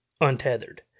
untethered